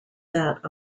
that